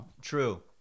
True